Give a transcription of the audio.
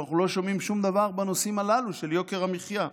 ולא שומעים שום דבר בנושאים הללו של יוקר המחיה.